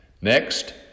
Next